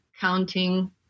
counting